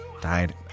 died